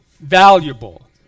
valuable